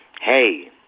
hey